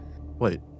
Wait